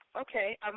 Okay